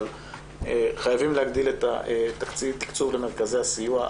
אבל חייבים להגדיל את התקצוב למרכזי הסיוע.